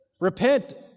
repent